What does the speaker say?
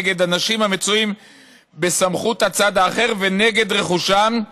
נגד אנשים המצויים בסמכות הצד האחר ונגד רכושם,